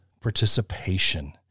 participation